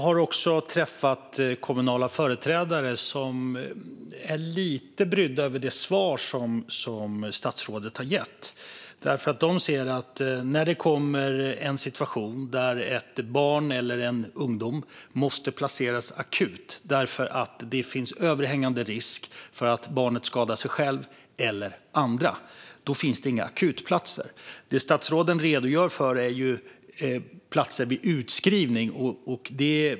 Herr talman! Jag har också träffat kommunala företrädare som är lite brydda över det svar som statsrådet har gett. För de ser att när barn eller ungdomar måste placeras akut för att det finns överhängande risk för att barnet skadar sig själv eller andra så finns det inga akutplatser. Det statsrådet redogör för är platser vid utskrivning.